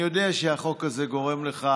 אני יודע שהחוק הזה גורם לך